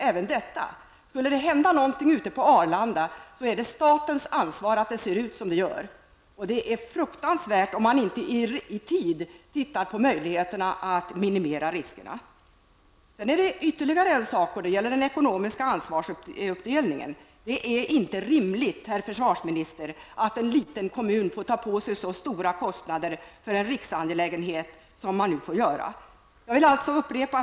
Om det skulle hända någonting ute på Arlanda är det statens ansvar att det ser ut som det gör. Det vore fruktansvärt om man inte i tid undersökte möjligheterna att minimera riskerna. När det gäller den ekonomiska ansvarsfördelningen är det inte rimligt, herr försvarsminister, att en liten kommun får ta på sig så stora kostnader för en riksangelägenhet som man nu får göra.